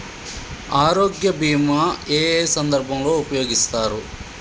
ఆరోగ్య బీమా ఏ ఏ సందర్భంలో ఉపయోగిస్తారు?